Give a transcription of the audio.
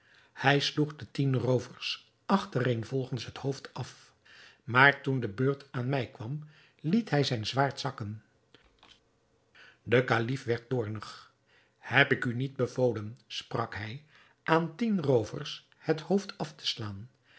hij sloeg de tien roovers achtereenvolgens het hoofd af maar toen de beurt aan mij kwam liet hij zijn zwaard zakken de kalif werd toornig heb ik u niet bevolen sprak hij aan tien roovers het hoofd af te slaan